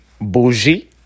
bougie